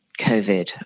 covid